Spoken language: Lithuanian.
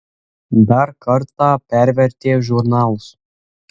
dar kartą pervertė žurnalus